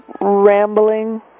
rambling